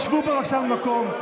שבו בבקשה במקום.